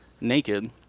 naked